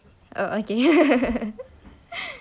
oh okay